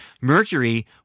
mercury